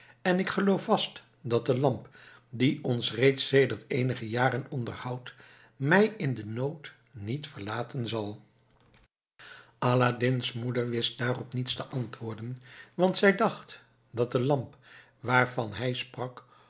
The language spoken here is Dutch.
en ik geloof vast dat de lamp die ons reeds sedert eenige jaren onderhoudt mij in den nood niet verlaten zal aladdin's moeder wist daarop niets te antwoorden want zij dacht dat de lamp waarvan hij sprak